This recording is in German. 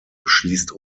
schließt